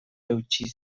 eutsi